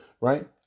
right